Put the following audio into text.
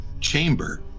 chamber